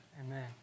Amen